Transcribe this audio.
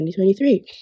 2023